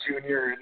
junior